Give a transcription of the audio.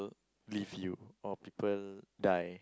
leave you or people die